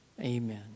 Amen